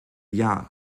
jahr